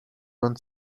won